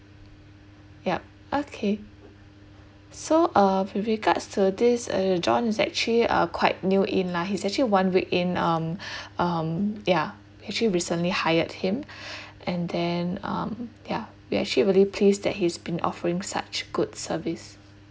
yup okay so uh with regards to this uh john is actually uh quite new in lah he's actually one week in um um ya actually recently hired him and then um ya we're actually really pleased that he's been offering such good service